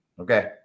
Okay